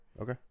Okay